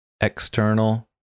external